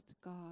God